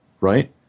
right